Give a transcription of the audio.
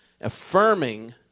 affirming